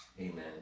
Amen